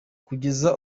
kugeza